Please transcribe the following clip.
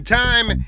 time